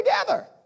together